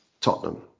Tottenham